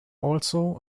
also